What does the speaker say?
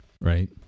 Right